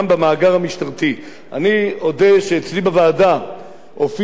אני אודה שאצלי בוועדה הופיעו נציגים של משרד המשפטים,